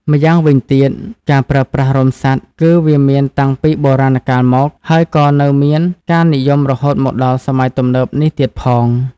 ម្យ៉ាងវិញទៀត ការប្រើប្រាស់រោមសត្វ គឺវាមានតាំងពីបុរាណកាលមក ហើយក៏នៅមានការនិយមរហូតមកដល់សម័យទំនើបនេះទៀតផង។